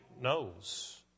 knows